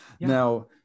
Now